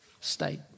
state